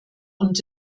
und